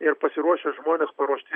ir pasiruošę žmonės paruošti